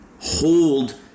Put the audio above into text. hold